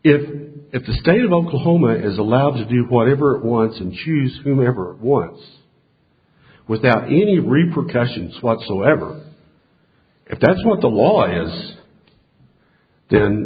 if if the state of oklahoma is allowed to do whatever it wants and choose whomever was without any repercussions whatsoever if that's what the lawyers then